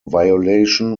violation